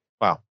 Wow